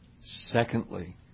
Secondly